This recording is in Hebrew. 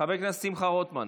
חבר הכנסת שמחה רוטמן,